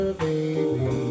baby